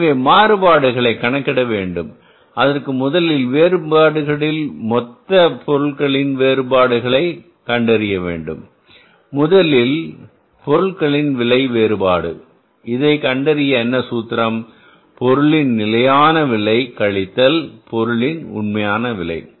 எனவே வேறுபாடுகளை கணக்கிட வேண்டும் அதற்கு முதலில் வேறுபாடுகளில் மொத்த பொருள்களின் வேறுபாடுகளை கண்டறிய வேண்டும் முதலில் பொருட்களின் விலை வேறுபாடு இதை கண்டறிய என்ன சூத்திரம் பொருளின் நிலையான விலை கழித்தல் பொருளின் உண்மையான விலை